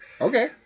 Okay